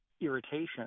irritation